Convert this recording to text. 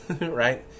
right